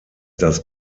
das